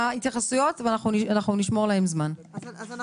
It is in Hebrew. בידי גורם מאבחן לפי הוראת סעיף 9. כלומר,